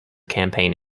campaign